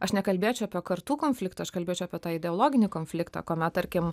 aš nekalbėčiau apie kartų konfliktą aš kalbėčiau apie tą ideologinį konfliktą kuomet tarkim